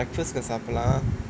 breakfast சாப்பிடலாம்:saapidalaam